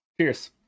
Cheers